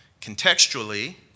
contextually